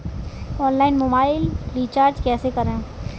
Online mobile recharge कैसे करें?